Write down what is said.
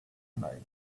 tonight